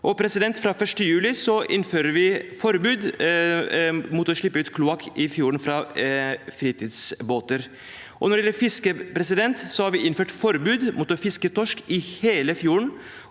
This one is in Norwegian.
vår. – Fra 1. juli innfører vi forbud mot å slippe ut kloakk i fjorden fra fritidsbåter. – Når det gjelder fiske, har vi innført forbud mot å fiske torsk i hele fjorden,